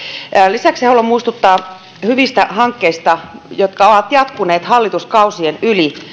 lisäksi haluan muistuttaa hyvistä hankkeista jotka ovat jatkuneet hallituskausien yli